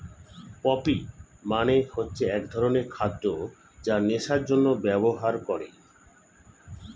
poppy মানে হচ্ছে এক ধরনের খাদ্য যা নেশার জন্যে ব্যবহার করে